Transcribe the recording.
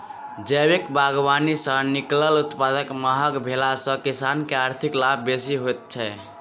जैविक बागवानी सॅ निकलल उत्पाद महग भेला सॅ किसान के आर्थिक लाभ बेसी होइत छै